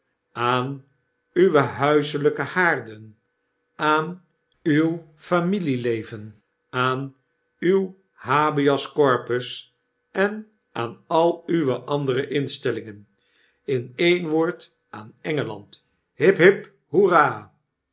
aan uwe huiselpe haarden aan uw familieleven aan uw habeas corpus en aan al uwe andere instellingen in een woord aan e n